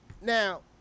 Now